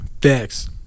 Thanks